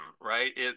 right